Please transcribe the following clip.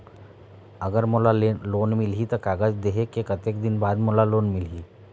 अगर मोला लोन मिलही त कागज देहे के कतेक दिन बाद मोला लोन मिलही?